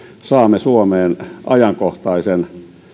saamme suomeen ajankohtaisen